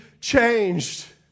changed